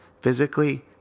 physically